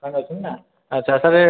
ଭାଇନା ରହୁଛନ୍ତି ନା ଆଚ୍ଛା ତାହେଲେ